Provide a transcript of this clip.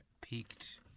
peaked